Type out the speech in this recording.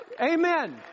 amen